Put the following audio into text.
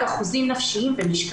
ובשנים האחרונות אני מכוונת כיום למטרות